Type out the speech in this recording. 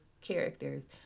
characters